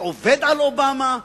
אני עובד על אובמה?